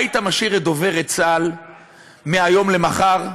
היית משאיר את דוברת צה"ל מהיום למחר,